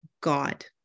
God